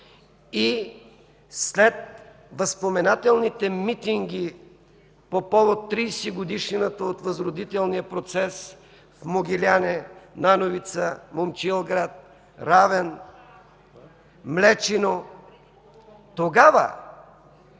и след възпоменателните митинги по повод 30-годишнината от възродителния процес в Могиляне, Нановица, Момчилград, Равен, Млечино. Тогава